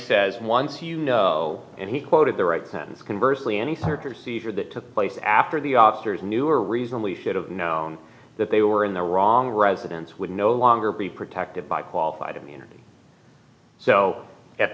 says once you know and he quoted the right things converse lee anything after seizure that took place after the officers knew or reasonably should have known that they were in the wrong residence would no longer be protected by qualified immunity so at